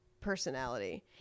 personality